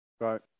Right